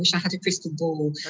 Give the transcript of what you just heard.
you know had a crystal ball.